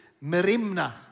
merimna